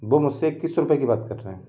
वो मुझसे इक्कीस सौ रुपए की बात कर रहे हैं